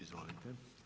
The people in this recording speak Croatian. Izvolite.